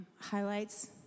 Highlights